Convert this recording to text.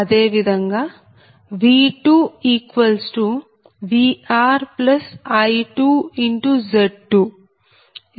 అదే విధంగా V2VrI2Z21∠03